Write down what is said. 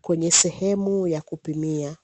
kwenye sehemu ya kupimia.